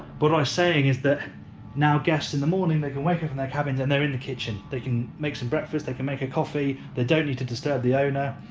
but i'm saying is that now guests in the morning they can wake up from their cabins and they're in the kitchen, they can make some breakfast, they can make a coffee, they don't need to disturb the owner,